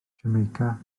jamaica